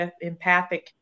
empathic